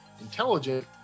intelligent